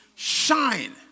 shine